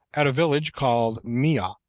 at a village called mia,